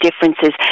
differences